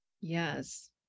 Yes